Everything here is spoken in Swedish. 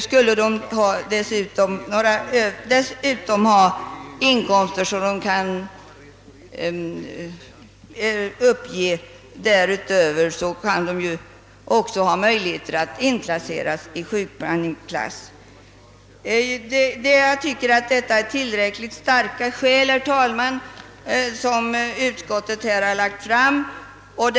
Skulle de ha inkomster därutöver att uppge, har de också möjlighet att bli inplacerade i sjukpenningklass. sjukpenningklass. Jag tycker, herr talman, att de skäl utskottet här har framlagt är tillräckligt starka.